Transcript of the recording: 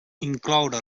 incloure